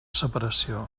separació